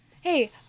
hey